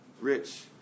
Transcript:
rich